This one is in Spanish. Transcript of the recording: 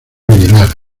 aguilar